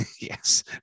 Yes